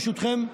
ברשותכם,